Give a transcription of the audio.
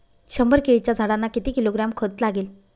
शंभर केळीच्या झाडांना किती किलोग्रॅम खत लागेल?